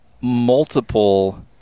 multiple